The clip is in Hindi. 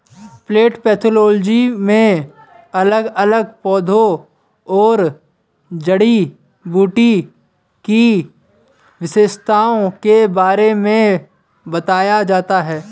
प्लांट पैथोलोजी में अलग अलग पौधों और जड़ी बूटी की विशेषताओं के बारे में बताया जाता है